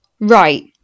right